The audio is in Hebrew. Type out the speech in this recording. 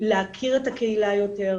להכיר את הקהילה יותר,